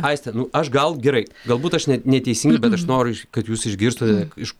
aiste nu aš gal gerai galbūt aš ne neteisingai bet aš noriu kad jūs išgirstute iš